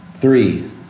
Three